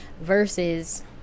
versus